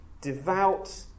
devout